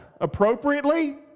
appropriately